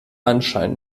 anschein